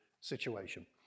situation